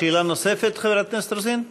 שאלה נוספת, חברת הכנסת רוזין?